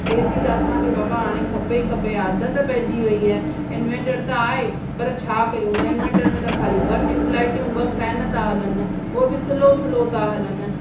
AC त असांखे बाबा हाणे खपे ई खपे हाणे आदत पइजी वई आहे इनवेटर त आहे पर छा कयूं उन इनवेटर में त खाली ॿ ट्यूबलाईटियूं ॿ फैन ता हलनि उहे बि स्लो स्लो था हलनि